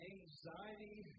Anxiety